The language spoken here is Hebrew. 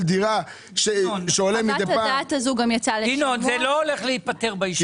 ינון, זה לא הולך להיפתר בישיבה הזו.